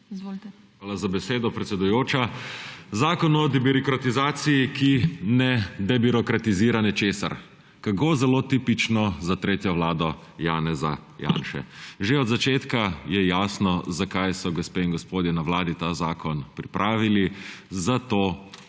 Hvala za besedo, predsedujoča. Zakon o debirokratizaciji, ki ne debirokratizira ničesar. Kako zelo tipično za tretjo vlado Janeza Janše! Že od začetka je jasno, zakaj so gospe in gospodje na Vladi ta zakon pripravili. Zato,